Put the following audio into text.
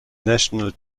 national